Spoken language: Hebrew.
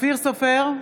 אופיר סופר,